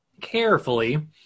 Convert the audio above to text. carefully